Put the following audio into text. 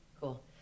cool